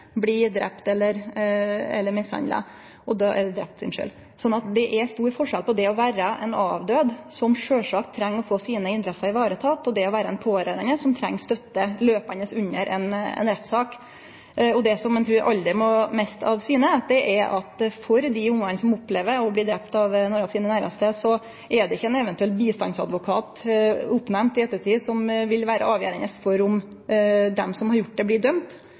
blir drepne eller mishandla. Slik at det er stor forskjell på det å vere ein avdød, som sjølvsagt treng å få sine interesser tekne i vare, og det å vere ein pårørande som stadig treng støtte under ei rettssak. Det eg trur ein aldri må miste av syne, er at for dei ungane som opplever å bli drepne av ein av sine næraste, er det ikkje ein eventuell bistandsadvokat oppnemnd i ettertid som vil vere avgjerande for om dei som har gjort det, blir